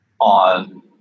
on